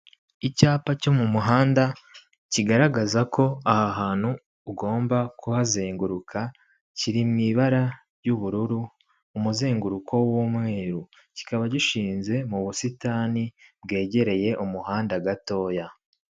Icyapa cyo mu muhanda kigaragaza ko aha hantu ugomba kuhazenguruka kiri mu ibara ry'ubururu umuzenguruko w'umweru, kikaba gishinze mu busitani bwegereye umuhanda mutoya.